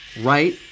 Right